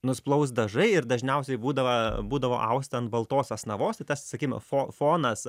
nusiplaus dažai ir dažniausiai būdavo būdavo austa ant baltos asnavos tai tas sakim fo fonas